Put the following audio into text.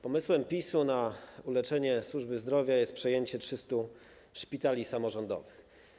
Pomysłem PiS-u na uleczenie służby zdrowia jest przejęcie 300 szpitali samorządowych.